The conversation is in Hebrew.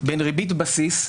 בין ריבית בסיס,